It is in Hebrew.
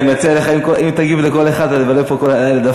אם תגיב לכל אחד אז נבלה פה כל הערב.